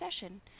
session